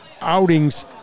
outings